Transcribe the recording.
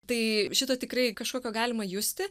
tai šito tikrai kažkokio galima justi